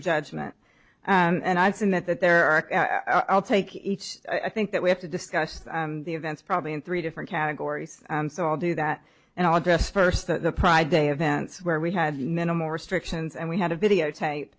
judgment and i submit that there are i'll take each i think that we have to discuss the events probably in three different categories so i'll do that and i'll address first the pride day events where we had minimal restrictions and we had a videotape